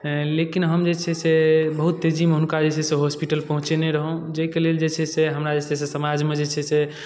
लेकिन हम जे छै से बहुत तेजीमे हुनका जे छै से हॉस्पिटल पहुँचेने रहौं जाहिके लेल जे छै से हमरा जे छै से समाजमे जे छै से